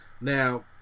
now